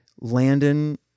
Landon